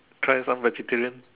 try some vegetarian